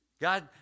God